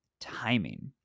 timing